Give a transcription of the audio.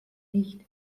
nicht